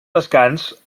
descans